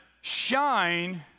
shine